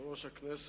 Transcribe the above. אדוני היושב-ראש,